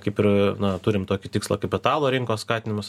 kaip ir na turim tokį tikslą kapitalo rinkos skatinimas